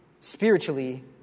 spiritually